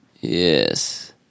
yes